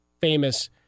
famous